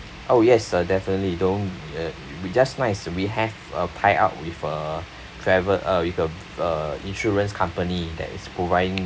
oh yes uh definitely don't uh we just nice we have a tie up with a travel uh with a uh insurance company that is providing